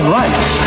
rights